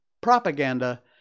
propaganda